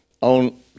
on